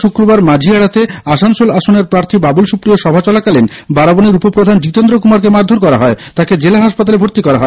শুক্রবার মাঝিয়াড়াতে আসানসোল আসনের প্রার্থী বাবুল সুপ্রিয়র সভা চলাকালীন বারাবণীর উপ প্রধান জিতেন্দ্র কুমারকে মারধোর করা হয় তাঁকে জেলা হাসপাতালে ভর্তি করা হয়